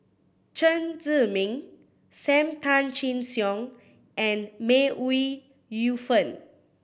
Chen Zhiming Sam Tan Chin Siong and May Ooi Yu Fen